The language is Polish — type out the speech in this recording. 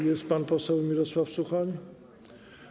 Jest pan poseł Mirosław Suchoń?